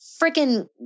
freaking